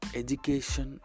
education